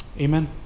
amen